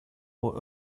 och